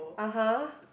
(uh huh)